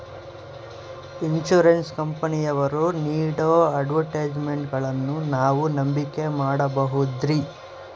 Insurance ಕಂಪನಿಯವರು ನೇಡೋ ಅಡ್ವರ್ಟೈಸ್ಮೆಂಟ್ಗಳನ್ನು ನಾವು ನಂಬಿಕೆ ಮಾಡಬಹುದ್ರಿ?